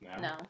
No